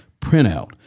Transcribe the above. printout